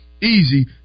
easy